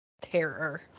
terror